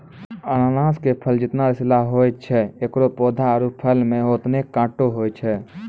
अनानस के फल जतना रसीला होय छै एकरो पौधा आरो फल मॅ होतने कांटो होय छै